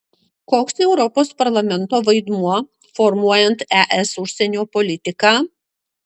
koks europos parlamento vaidmuo formuojant es užsienio politiką